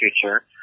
future